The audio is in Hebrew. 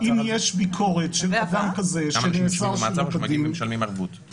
אמר שסעיף 9 למעשה משמש בהרבה מאוד תיקים את